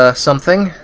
ah something.